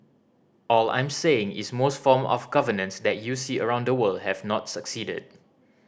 all I am saying is most form of governance that you see around the world have not succeeded